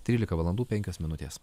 trylika valandų penkios minutės